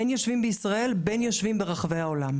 בין אם הם יושבים בישראל ובין אם הם יושבים ברחבי העולם.